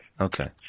Okay